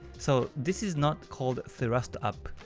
so this is not called thrust up.